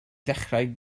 ddechrau